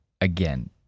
again